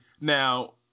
Now